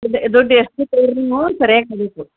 ದುಡ್ಡು ಎಷ್ಟಿತ್ತು ಸರ್ಯಾಗಿ